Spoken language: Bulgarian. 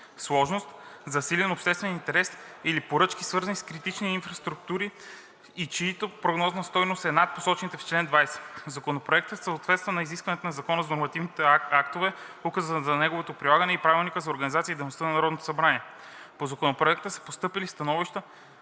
сложност, засилен обществен интерес или поръчки, свързани с критични инфраструктури, и чиято прогнозна стойност е над посочените в чл. 20. Законопроектът съответства на изискванията на Закона за нормативните актове, Указа за неговото прилагане и Правилника за организацията и дейността на Народното събрание. По Законопроекта са постъпили становища